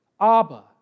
Abba